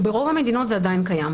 ברוב המדינות זה עדיין קיים.